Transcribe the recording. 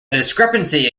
discrepancy